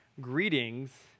greetings